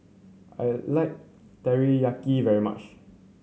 I like Teriyaki very much